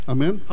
Amen